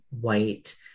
white